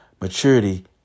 maturity